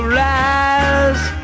rise